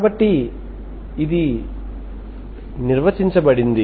కాబట్టి ఇది నిర్వచించబడింది